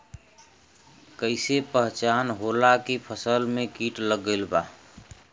कैसे पहचान होला की फसल में कीट लग गईल बा?